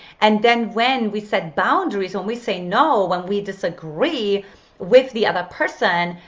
and then, when we set boundaries, when we say no, when we disagree with the other person,